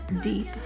deep